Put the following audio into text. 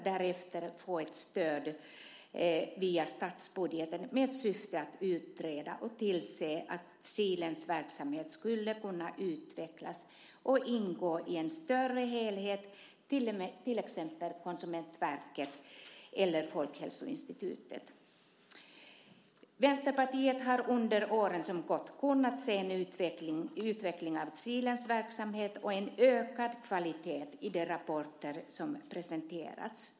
Därefter utgick ett stöd via statsbudgeten med syfte att utreda och tillse att Kilens verksamhet skulle kunna utvecklas och ingå i en större helhet, till exempel inom Konsumentverket eller Folkhälsoinstitutet. Vänsterpartiet har under de år som gått kunnat se en utveckling av Kilens verksamhet och en ökad kvalitet i de rapporter som presenterats.